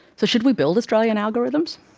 so should we build australian algorithms?